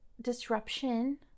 disruption